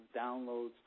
downloads